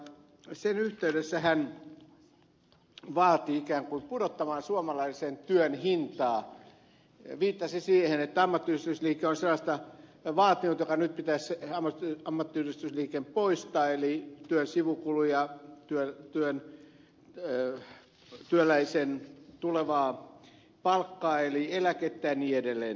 sen yhteydessä hän vaati ikään kuin pudottamaan suomalaisen työn hintaa viittasi siihen että ammattiyhdistysliike on sellaista vaatinut joka nyt pitäisi ammattiyhdistysliikkeen poistaa eli työn sivukuluja työläisen tulevaa palkkaa eli eläkettä ja niin edelleen